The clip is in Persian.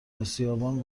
اسیابان